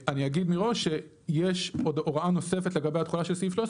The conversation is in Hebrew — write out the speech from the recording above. אני אגיד מראש שיש הוראה נוספת לגבי התכולה של סעיף 13,